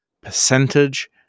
percentage